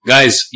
Guys